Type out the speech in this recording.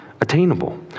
attainable